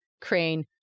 crane